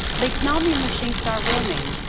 the economic machine started rolling,